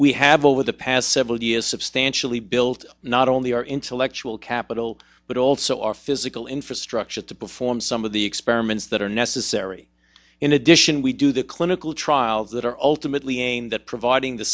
we have over the past several years substantially built not only our intellectual capital but also our physical infrastructure to perform some of the experiments that are necessary in addition we do the clinical trials that are ultimately aimed at providing the